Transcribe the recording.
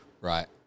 right